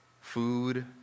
food